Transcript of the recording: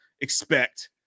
expect